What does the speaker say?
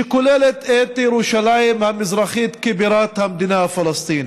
שכוללת את ירושלים המזרחית כבירת המדינה הפלסטינית,